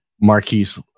Marquise